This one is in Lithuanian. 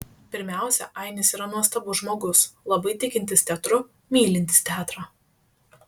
pirmiausia ainis yra nuostabus žmogus labai tikintis teatru mylintis teatrą